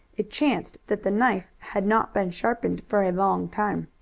it chanced that the knife had not been sharpened for a long time.